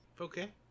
Okay